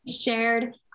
Shared